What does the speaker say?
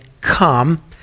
Come